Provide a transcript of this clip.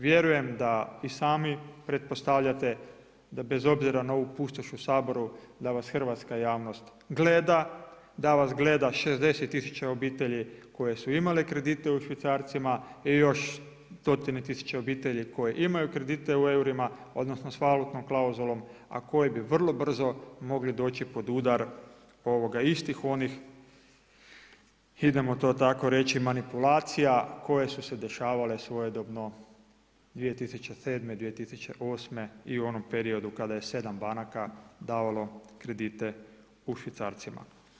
Vjerujem da i sami pretpostavljate da bez obzira na ovu pustoš u Saboru, da vas hrvatska javnost gleda, da vas gleda 60 tisuća obitelji, koji su imali kredite u švicarcima i još stotine tisuće obitelji koji imaju kredite u eurima, odnosno, s valutnom klauzulom, a koje bi vrlo brzo mogli doći pod udar istih onih idemo to tako reći, manipulacija koje su se dešavale svojedobno 2007., 2008. i u onom periodu kada je 7 banaka davalo kredite u švicarcima.